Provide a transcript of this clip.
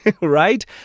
right